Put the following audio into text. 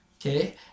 okay